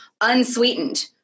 unsweetened